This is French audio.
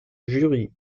jury